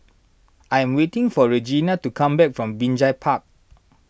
I am waiting for Regena to come back from Binjai Park